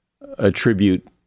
attribute